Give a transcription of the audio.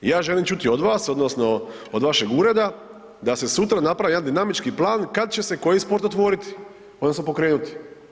Ja želim čuti od vas odnosno od vašeg ureda da se sutra napravi jedan dinamički plan kad će se koji sport otvoriti odnosno pokrenuti.